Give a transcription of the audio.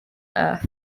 earth